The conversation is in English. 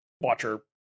watcher